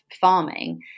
farming